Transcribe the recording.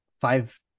five